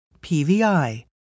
PVI